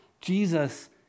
Jesus